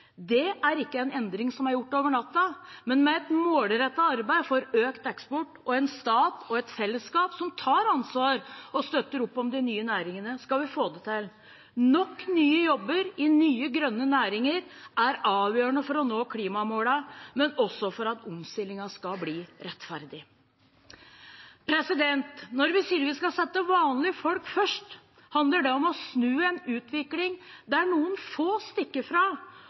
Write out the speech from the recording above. Det er ikke en endring som er gjort over natta, men med et målrettet arbeid for økt eksport og en stat og et fellesskap som tar ansvar og støtter opp om de nye næringene, skal vi få det til. Nok nye jobber i nye grønne næringer er avgjørende for å nå klimamålene, men også for at omstillingen skal bli rettferdig. Når vi sier at vi skal sette vanlige folk først, handler det om å snu en utvikling der noen få stikker fra,